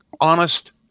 honest